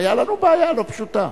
היתה לנו בעיה לא פשוטה.